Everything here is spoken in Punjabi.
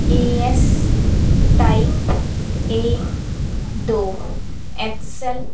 ਏਐਸ ਟਾਈਪ ਏ ਦੋ ਐਬਸਲ